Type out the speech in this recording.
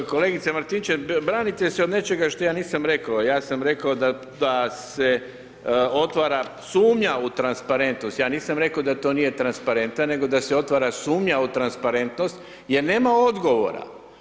Pa kolegice Martinčev branite se od nečega što ja nisam rekao, ja sam rekao da se otvara sumnja u transparentnost, ja nisam rekao da to nije transparentno nego da se otvara sumnja u transparentnost jer nema odgovora.